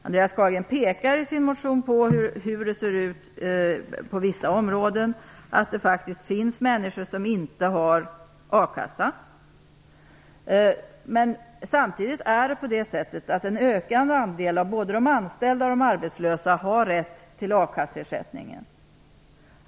Andreas Carlgren pekar i sin motion på hur det ser ut på vissa områden, t.ex. på att det finns människor som inte har a-kassa, men det är samtidigt så att en ökande andel av både de anställda och de arbetslösa har rätt till a-kasseersättning.